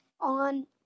On